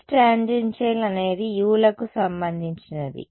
లేదు H tangential అనేది u లకు సంబంధించినది